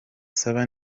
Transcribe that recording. saba